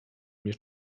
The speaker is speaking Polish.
mnie